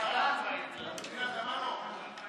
(הידוק הגבלות) (תיקון),